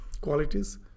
qualities